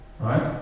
Right